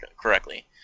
correctly